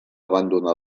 abandonar